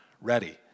ready